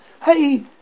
Hey